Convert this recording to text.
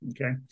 okay